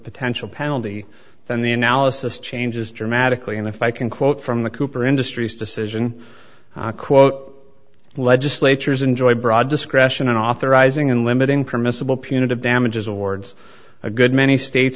potential penalty then the analysis changes dramatically and if i can quote from the cooper industries decision quote legislatures enjoy broad discretion and authorizing and limiting permissible punitive damages awards a good many states